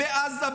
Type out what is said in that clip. בעזה,